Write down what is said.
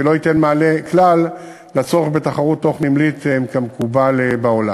ולא ייתן מענה כלל על הצורך בתחרות תוך-נמלית כמקובל בעולם.